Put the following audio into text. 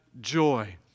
joy